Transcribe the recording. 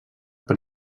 per